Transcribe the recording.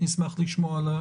נשמח לשמוע.